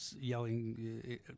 yelling